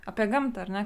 apie gamtą ar ne